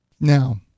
Now